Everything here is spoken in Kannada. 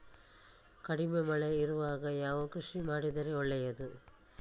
ಕಡಿಮೆ ಮಳೆ ಇರುವಾಗ ಯಾವ ಕೃಷಿ ಮಾಡಿದರೆ ಒಳ್ಳೆಯದು?